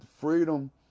freedom